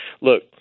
look